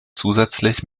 zusätzlich